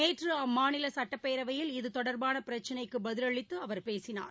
நேற்றுஅம்மாநிலசட்டப்பேரவையில் இதுதொடர்பானபிரச்சினைக்குபதிலளித்துஅவர் பேசினார்